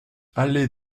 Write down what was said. allée